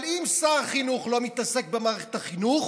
אבל אם שר החינוך לא מתעסק במערכת החינוך